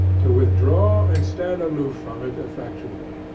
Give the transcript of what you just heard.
to withdraw and stand aloof from it effectually.